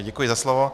Děkuji za slovo.